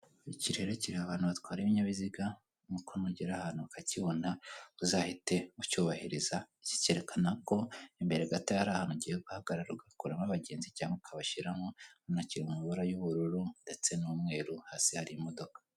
Iki rero kireba abantu batwara ibinyabiziga, ni uko nugera ahantu ukakibona uzahite ucyubahiriza. Iki cyekana ko imbere gato hari ahantu ugiye guhagarara ugakuramo abagenzi cyangwa ukabashyiramo, urabon kiri mu mabara y'ubururu ndetse n'umweru, hasi hari imodoka.